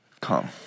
come